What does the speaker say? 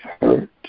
hurt